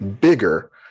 bigger